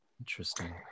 Interesting